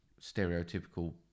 stereotypical